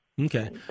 Okay